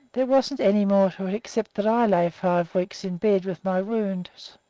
there wasn't any more to it except that i lay five weeks in bed with my wounds.